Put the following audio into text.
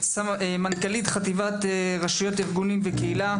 מנכ"לית חטיבת רשויות ארגונים וקהילה,